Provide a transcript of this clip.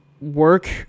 work